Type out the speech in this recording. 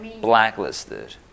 Blacklisted